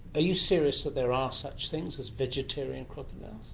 are you serious that there are such things as vegetarian crocodiles?